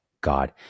God